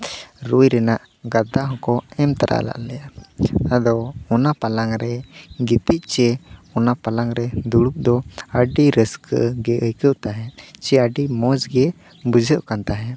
ᱨᱩᱭ ᱨᱮᱱᱟᱜ ᱜᱟᱫᱽᱫᱟ ᱦᱚᱸᱠᱚ ᱮᱢ ᱛᱟᱨᱟ ᱞᱟᱜ ᱞᱮᱭᱟ ᱟᱫᱚ ᱚᱱᱟ ᱯᱟᱞᱟᱝᱠ ᱨᱮ ᱜᱤᱛᱤᱡ ᱪᱮ ᱚᱱᱟ ᱯᱟᱞᱟᱝᱠ ᱨᱮ ᱫᱩᱲᱩᱵ ᱫᱚ ᱟᱹᱰᱤ ᱨᱟᱹᱥᱠᱟᱹ ᱜᱮ ᱟᱹᱭᱠᱟᱹᱣ ᱛᱟᱦᱮᱱ ᱪᱮ ᱟᱹᱰᱤ ᱢᱚᱡᱽ ᱜᱮ ᱵᱩᱡᱷᱟᱹᱣ ᱠᱟᱱ ᱛᱟᱦᱮᱸᱫ